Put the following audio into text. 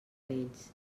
ells